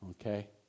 okay